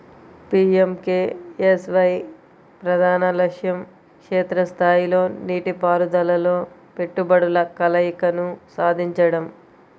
PMKSY ప్రధాన లక్ష్యం క్షేత్ర స్థాయిలో నీటిపారుదలలో పెట్టుబడుల కలయికను సాధించడం